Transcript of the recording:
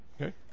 Okay